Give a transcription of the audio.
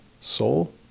soul